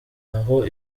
naho